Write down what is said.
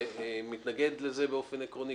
שמתנגד לזה באופן עקרוני,